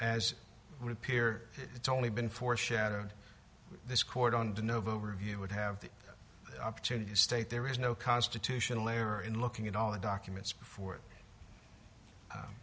as would appear it's only been foreshadowed this court on the novo review would have the opportunity state there is no constitutional layer in looking at all the documents before it